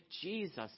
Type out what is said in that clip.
Jesus